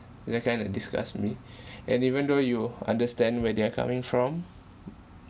that kind of disgust me and even though you understand where they're coming from